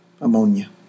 ammonia